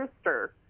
sister